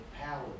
power